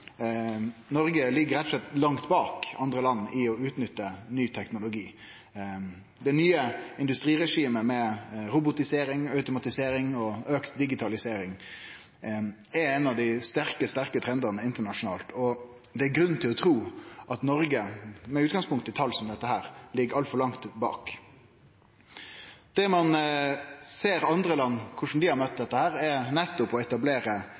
Noreg ligg rett og slett langt bak andre land i å utnytte ny teknologi. Det nye industriregimet med robotisering, automatisering og auka digitalisering er ein av dei sterke trendane internasjonalt, og det er grunn til å tru at Noreg med utgangspunkt i tal som dette ligg altfor langt bak. Når ein ser til andre land og korleis dei har møtt dette, er det nettopp å etablere